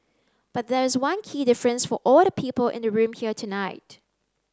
but there is one key difference for all the people in the room here tonight